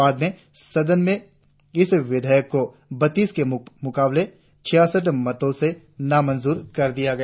बाद में सदन में इस विधेयक को बत्तीस के मुकाबले छियासठ मतों से नामंजूर कर दिया गया